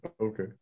okay